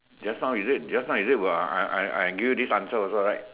just now is it just now is it uh I I I give you this answer also right